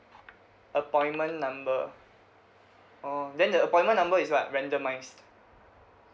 appointment number orh then then the appointment number is what randomised